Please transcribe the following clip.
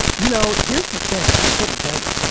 you know, here's the thing i couldn't tell you